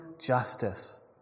justice